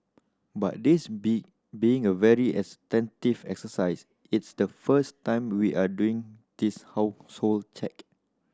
but this be being a very extensive exercise it's the first time we are doing this household check